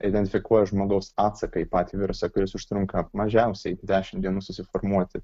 identifikuoja žmogaus atsaką į patį virusą kuris užtrunka mažiausiai dešimt dienų susiformuoti